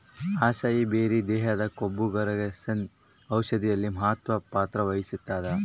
acai berry ದೇಹದ ಕೊಬ್ಬುಕರಗ್ಸೋ ಔಷಧಿಯಲ್ಲಿ ಮಹತ್ವದ ಪಾತ್ರ ವಹಿಸ್ತಾದ